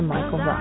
Michael